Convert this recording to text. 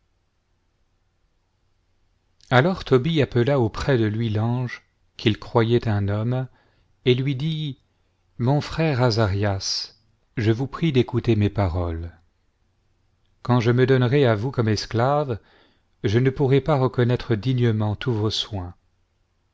alors tobie appela auprès de lui l'ange qu'il croyait un homme et il lui dit mon fière azarias je vous prie d'écouter mes paroles quand je me donnerais à vous comme esclave je ne pourrais pas reconnaître dignement tous vos soins